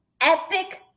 epic